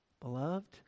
Beloved